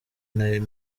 nayo